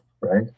right